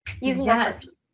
Yes